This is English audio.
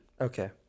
Okay